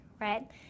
right